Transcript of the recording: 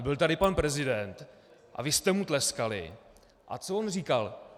Byl tady pan prezident a vy jste mu tleskali, a co on říkal?